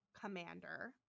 Commander